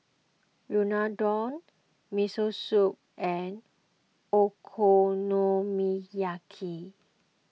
Unadon Miso Soup and Okonomiyaki